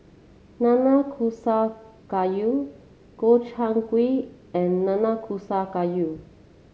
Nanakusa Gayu Gobchang Gui and Nanakusa Gayu